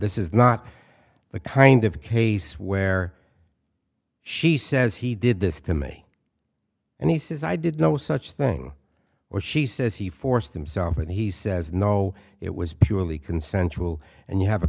this is not the kind of case where she says he did this to me and he says i did no such thing or she says he forced himself and he says no it was purely consensual and you have a